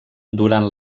durant